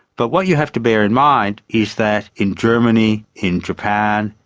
but what you have to bear in mind is that in germany, in japan,